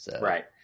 Right